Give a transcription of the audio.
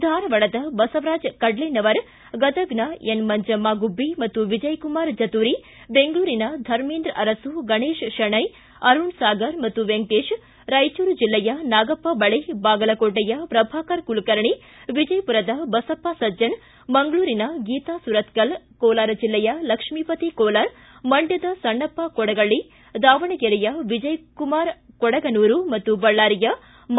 ಧಾರವಾಡದ ಬಸವರಾಜ ಕಡ್ಲೆಣ್ಣವರ ಗದಗ್ನ ಎನ್ ಮಂಜಮ್ಮ ಗುಬ್ಬಿ ಮತ್ತು ವಿಜಯಕುಮರ್ ಜತೂರಿ ಬೆಂಗಳೂರಿನ ಧಮೇಂದ್ರ ಅರಸು ಗಣೇಶ್ ಶೇಣ್ಣ ಅರುಣ್ ಸಾಗರ್ ಮತ್ತು ವೆಂಕಟೇಶ್ ರಾಯಚೂರು ಜಿಲ್ಲೆಯ ನಾಗಪ್ಪ ಬಳೆ ಬಾಗಲಕೋಟೆಯ ಪ್ರಭಾಕರ ಕುಲಕರ್ಣಿ ವಿಜಯಪುರದ ಬಸಪ್ಪ ಸಜ್ಜನ ಮಂಗಳೂರಿನ ಗೀತಾ ಸುರತ್ತಲ್ ಕೋಲಾರ ಜಿಲ್ಲೆಯ ಲಕ್ಷ್ಮೀಪತಿ ಕೋಲಾರ ಮಂಡ್ಕದ ಸಣ್ಣಪ್ಪ ಕೊಡಗಳ್ಳಿ ದಾವಣಗೆರೆಯ ವಿಜಯಕುಮಾರ ಕೊಡಗನೂರು ಹಾಗೂ ಬಳ್ಳಾರಿಯ ಮಾ